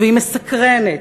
והיא מסקרנת.